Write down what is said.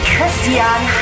Christian